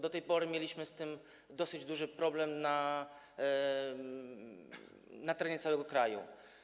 Do tej pory mieliśmy z tym dosyć duży problem na terenie całego kraju.